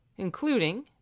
including